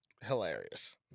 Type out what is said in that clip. Hilarious